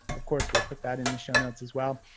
of course we'll put that in the show notes as well.